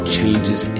Changes